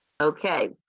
Okay